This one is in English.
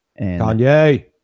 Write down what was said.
Kanye